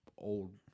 Old